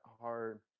hard